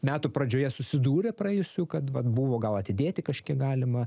metų pradžioje susidūrė praėjusių kad vat buvo gal atidėti kažkiek galima